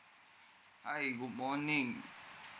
hi good morning